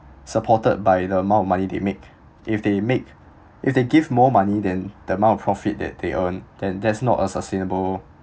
supported by the amount of money they make if they make if they give more money than the amount of profit that they earn then that's not a sustainable